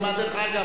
דרך אגב,